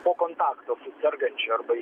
po kontakto su sergančiu arba